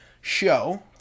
show